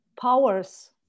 powers